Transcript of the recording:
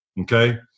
okay